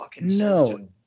no